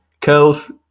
Curls